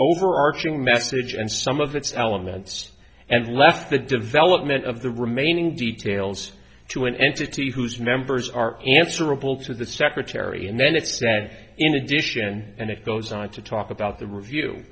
overarching message and some of its elements and left the development of the remaining details to an entity whose members are answerable to the secretary and then it said in addition and it goes on to talk about the review